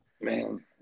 Man